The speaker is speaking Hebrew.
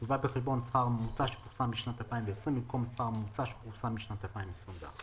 יובא בחשבון השכר הממוצע האחרון שפורסם בשנת 2020,